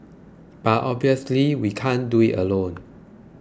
but obviously we can't do it alone